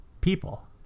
people